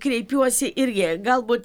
kreipiuosi irgi galbūt